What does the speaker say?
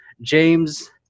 james